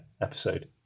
episode